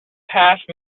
passed